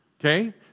Okay